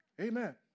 Amen